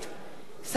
סעיד נפאע,